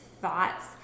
thoughts